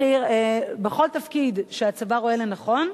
בחי"ר, בכל תפקיד שהצבא רואה לנכון,